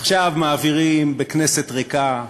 עכשיו מעבירים בכנסת ריקה,